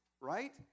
right